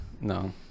No